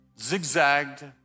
zigzagged